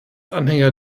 anhänger